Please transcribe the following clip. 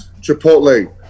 Chipotle